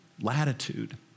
latitude